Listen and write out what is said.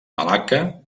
malacca